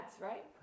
right